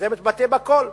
וזה מתבטא בכול.